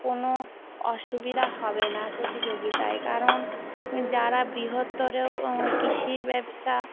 কোনো অসুবিধা হবে না প্রতিযোগিতায় কারণ যারা বৃহত্তর কৃষি ব্যবসা